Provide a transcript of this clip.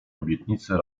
obietnicy